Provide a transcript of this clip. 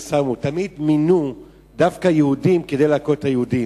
שמו" תמיד מינו דווקא יהודים כדי להכות את היהודים.